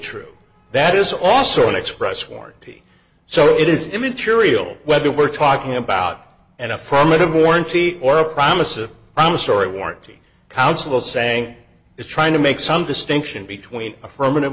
true that is also an express warranty so it is immaterial whether we're talking about an affirmative warranty or a promise of the story warranty council saying it's trying to make some distinction between affirmative